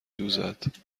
دوزد